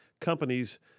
companies